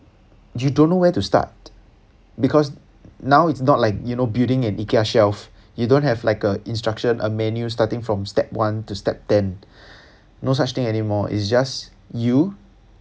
you don't know where to start because now it's not like you know building an IKEA shelf you don't have like a instruction a manual starting from step one to step ten no such thing anymore it's just you